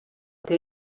que